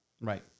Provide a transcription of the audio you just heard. Right